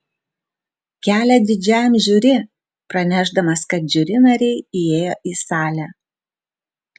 kelią didžiajam žiuri pranešdamas kad žiuri nariai įėjo į salę